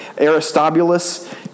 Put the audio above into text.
Aristobulus